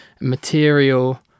material